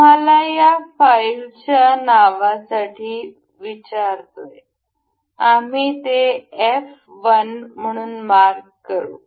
आम्हाला या फाईलच्या नावासाठी विचारा आम्ही ते एफ १ म्हणून मार्क करू